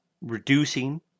reducing